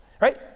right